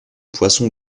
poissons